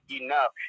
enough